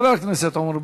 חבר הכנסת עמר בר-לב,